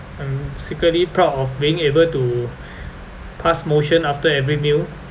I'm secretly proud of being able to pass motion after every meal